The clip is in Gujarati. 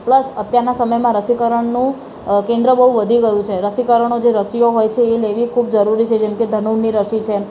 પ્લસ અત્યારના સમયમાં રસીકરણનું કેન્દ્ર બહુ વધી ગયું છે રસીકરણો જે રસીઓ હોય છે એ લેવી ખૂબ જરૂરી છે જેમ કે ધનુરની રસી છે